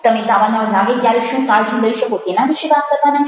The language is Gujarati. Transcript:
તમે દાવાનળ લાગે ત્યારે શું કાળજી લઇ શકો તેના વિશે વાત કરવાના છો